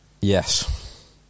Yes